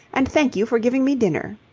and thank you for giving me dinner.